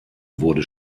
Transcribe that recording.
wurde